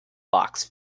box